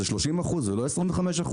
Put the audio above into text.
זה 30% ולא 25%,